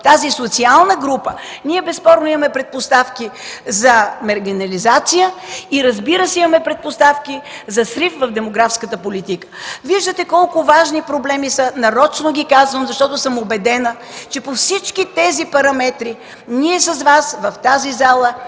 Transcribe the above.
тази социална група, безспорно имаме предпоставки за маргинализация и, разбира се, имаме предпоставки за срив в демографската политика. Виждате колко важни проблеми са, нарочно ги казвам, защото съм убедена, че по всички тези параметри ние с Вас в тази зала